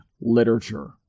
literature